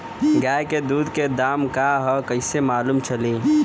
गाय के दूध के दाम का ह कइसे मालूम चली?